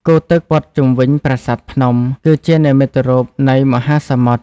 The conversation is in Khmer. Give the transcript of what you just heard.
គូទឹកព័ទ្ធជុំវិញប្រាសាទភ្នំ គឺជានិមិត្តរូបនៃមហាសមុទ្រ។